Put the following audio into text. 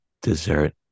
Dessert